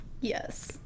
Yes